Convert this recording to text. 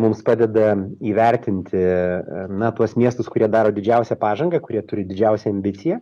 mums padeda įvertinti na tuos miestus kurie daro didžiausią pažangą kurie turi didžiausią ambiciją